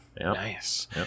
nice